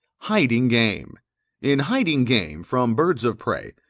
hiding game in hiding game from birds of prey,